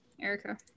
Erica